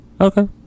Okay